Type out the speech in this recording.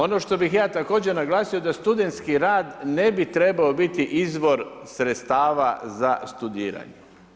Ono što bi ja također naglasio, da studentski rad, ne bi trebao biti izvor sredstava za studiranje.